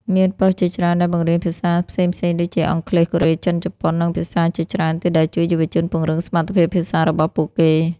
មានប៉ុស្តិ៍ជាច្រើនដែលបង្រៀនភាសាផ្សេងៗដូចជា អង់គ្លេស កូរ៉េ ចិន ជប៉ុន និងភាសាជាច្រើនទៀត ដែលជួយយុវជនពង្រឹងសមត្ថភាពភាសារបស់ពួកគេ។